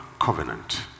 Covenant